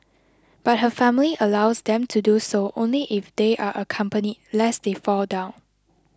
but her family allows them to do so only if they are accompanied lest they fall down